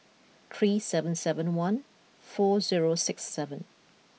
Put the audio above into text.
three seven seven one four zero six seven